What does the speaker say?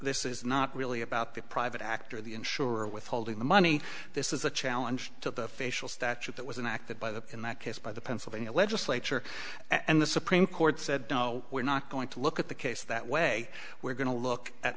this is not really about that private act or the insurer withholding the money this is a challenge to the facial statute that was an act that by the in that case by the pennsylvania legislature and the supreme court said no we're not going to look at the case that way we're going to look at